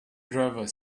driver